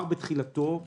בתחילתו